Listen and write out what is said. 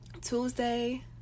Tuesday